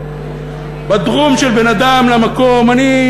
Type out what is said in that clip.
ובתחום של בין אדם למקום אני,